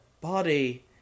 body